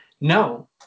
no